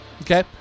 Okay